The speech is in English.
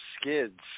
skids